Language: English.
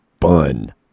fun